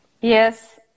Yes